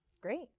Great